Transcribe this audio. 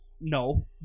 No